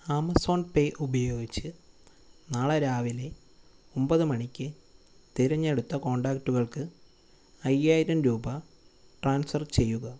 Amazon pay ഉപയോഗിച്ച് നാളെ രാവിലെ ഒമ്പത് മണിക്ക് തിരഞ്ഞെടുത്ത കോൺടാക്റ്റുകൾക്ക് അയ്യായിരം രൂപ ട്രാൻസ്ഫർ ചെയ്യുക